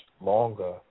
longer